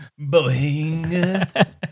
Boing